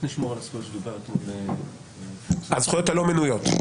--- לשמור על הזכויות --- הזכויות הלא מנויות.